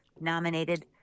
nominated